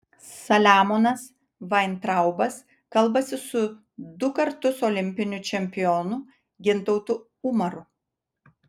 saliamonas vaintraubas kalbasi su du kartus olimpiniu čempionu gintautu umaru